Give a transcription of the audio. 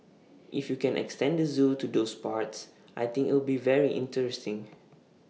if you can extend the Zoo to those parts I think it'll be very interesting